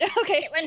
okay